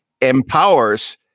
empowers